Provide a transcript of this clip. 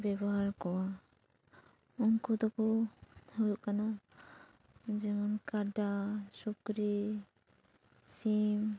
ᱵᱮᱵᱚᱦᱟᱨ ᱠᱚᱣᱟ ᱩᱱᱠᱩ ᱫᱚᱠᱚ ᱦᱩᱭᱩᱜ ᱠᱟᱱᱟ ᱡᱮᱢᱚᱱ ᱠᱟᱰᱟ ᱥᱩᱠᱨᱤ ᱥᱤᱢ